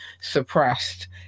suppressed